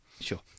Sure